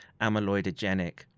amyloidogenic